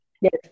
Yes